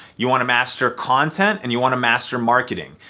you wanna master content and you wanna master marketing.